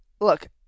Look